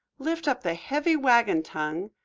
lift up the heavy wagon tongue,